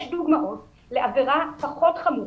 יש דוגמאות לעבירה פחות חמורה,